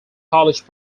college